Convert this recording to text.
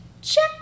check